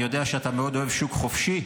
אני יודע שאתה מאוד אוהב שוק חופשי,